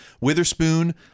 Witherspoon